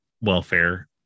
welfare